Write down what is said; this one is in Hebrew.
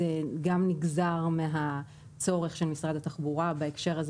זה גם נגזר מהצורך של משרד התחבורה בהקשר הזה